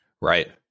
Right